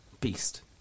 Beast